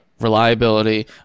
reliability